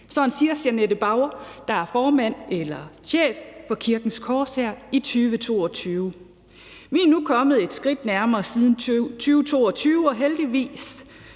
Sådan siger Jeanette Bauer, der er chef for Kirkens Korshær, i 2022. Vi er nu kommet et skridt nærmere siden 2022, og heldigvis,